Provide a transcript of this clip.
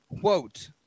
Quote